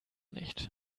nicht